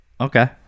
Okay